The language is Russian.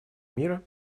мира